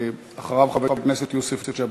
אחריה, חבר הכנסת יוסף ג'בארין.